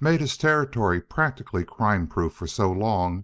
made his territory practically crime-proof for so long